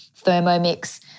Thermomix